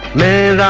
may